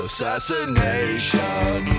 Assassination